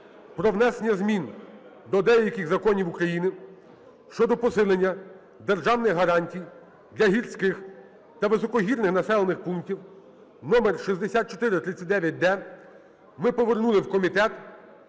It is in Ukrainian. про внесення змін до деяких законів України щодо посилення державних гарантій для гірських та високогірних населених пунктів (№ 6439-д) ми повернули в комітет